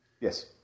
Yes